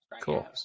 Cool